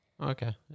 Okay